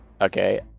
Okay